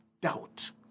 doubt